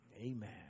Amen